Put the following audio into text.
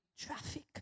traffic